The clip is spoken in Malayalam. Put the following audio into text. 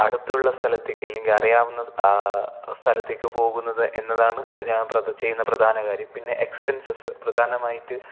അടുത്തുള്ള സ്ഥലത്തേക്ക് അല്ലെങ്കിൽ അറിയാവുന്ന സ്ഥലത്തേക്ക് പോകുന്നത് എന്നതാണ് ഞാൻ ചെയ്യുന്ന പ്രധാന കാര്യം പിന്നെ എക്സ്പെൻസസ്സ് പ്രധാനമായിട്ട്